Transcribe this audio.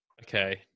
Okay